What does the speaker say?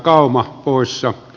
arvoisa puhemies